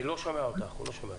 הוא לא שומע אותך.